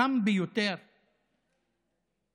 החם ביותר בקרבנו.